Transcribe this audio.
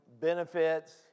benefits